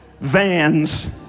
vans